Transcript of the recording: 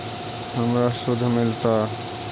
हमरा शुद्ध मिलता?